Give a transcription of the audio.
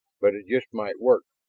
but it just might work.